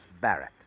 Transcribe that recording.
Barrett